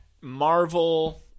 Marvel